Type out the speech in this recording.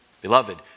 Beloved